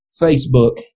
Facebook